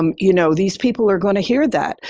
um you know, these people are going to hear that.